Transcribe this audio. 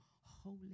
holy